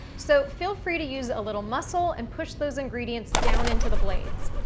so, feel free to use a little muscle and push those ingredients down into the blades.